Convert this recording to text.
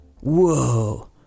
whoa